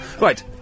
Right